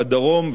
הדרום,